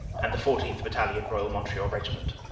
and the fourteenth. battalion, royal montreal regiment,